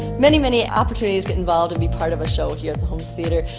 many, many opportunities get involved and be part of a show here at the holmes theatre.